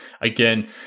again